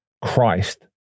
Christ